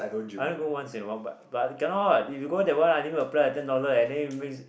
I only go once in a while but but cannot if you go that one I need to apply ten dollar and then it makes